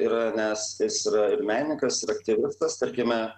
yra nes jis yra ir menininkas ir aktyvistas tarkime